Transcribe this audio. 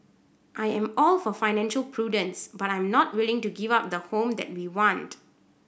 I am all for financial prudence but I am not willing to give up the home that we want